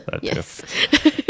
Yes